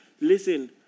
Listen